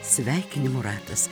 sveikinimų ratas